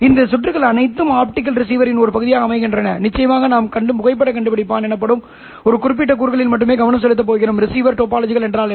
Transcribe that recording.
இந்த சுற்றுகள் அனைத்தும் ஆப்டிகல் ரிசீவரின் ஒரு பகுதியாக அமைகின்றன நிச்சயமாக நாம் புகைப்படக் கண்டுபிடிப்பான் எனப்படும் ஒரு குறிப்பிட்ட கூறுகளில் மட்டுமே கவனம் செலுத்தப் போகிறோம் ரிசீவர் டோபாலஜிகள் என்ன